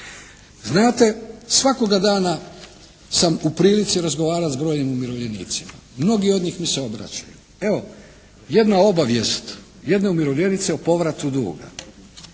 Znate svakoga dana sam u prilici razgovarati s brojnim umirovljenicima, mnogi od njih mi se obraćaju. Evo jedna obavijest jedne umirovljenice o povratu duga.